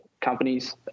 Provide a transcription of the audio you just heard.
companies